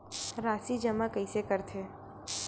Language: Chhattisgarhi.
राशि जमा कइसे करथे?